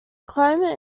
climate